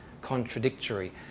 contradictory